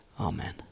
Amen